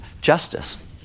justice